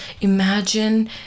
imagine